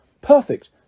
Perfect